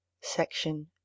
Section